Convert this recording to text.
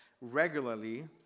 regularly